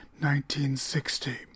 1960